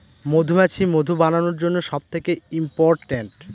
মধুমাছি মধু বানানোর জন্য সব থেকে ইম্পোরট্যান্ট